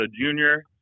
junior